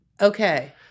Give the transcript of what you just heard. Okay